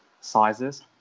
sizes